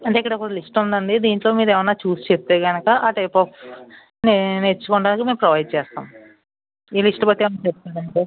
అంటే ఇక్కడ ఒక లిస్ట్ ఉందండి దీంట్లో మీరు ఏవైనా చూసి చెప్తే గనుక ఆ టైప్ ఆఫ్ మీరు నేర్చుకోవడానికి మేం ప్రొవైడ్ చేస్తాం ఈ లిస్ట్ బట్టే ఉంటుంది